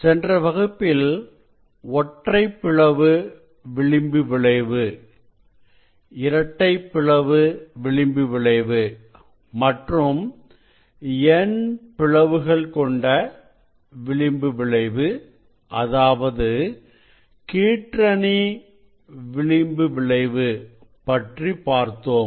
சென்ற வகுப்பில் ஒற்றைப் பிளவு விளிம்பு விளைவு இரட்டைப் பிளவு விளிம்பு விளைவு மற்றும் N பிளவுகள் கொண்ட விளிம்பு விளைவு அதாவது கீற்றணி விளிம்பு விளைவு பற்றி பார்த்தோம்